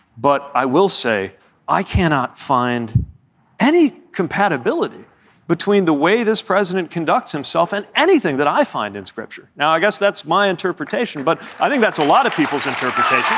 but i will say i cannot find any compatibility between the way this president conducts himself and anything that i find in scripture. now, i guess that's my interpretation, but i think that's a lot of people's interpretations